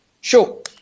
Sure